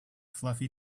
fluffy